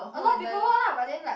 a lot paperwork lah but then like